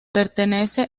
pertenece